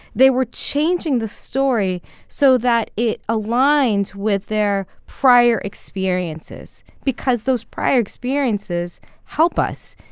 they were changing the story so that it aligned with their prior experiences because those prior experiences help us,